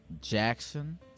Jackson